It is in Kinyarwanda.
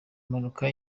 mpanuka